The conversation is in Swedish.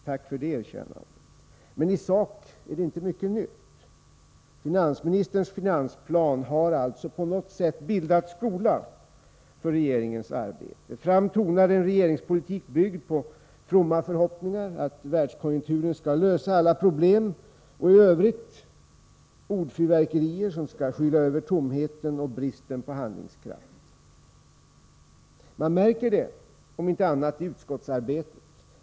Tack för det erkännandet, men i sak är det inte mycket nytt! Finansministerns finansplan har alltså på något sätt bildat skola för regeringens arbete. Fram tonar en regeringspolitik byggd på fromma förhoppningar att världskonjunkturen skall lösa alla problem och i övrigt ordfyrverkerier som skall skyla över tomheten och bristen på handlingskraft. Man märker det om inte annat i utskottsarbetet.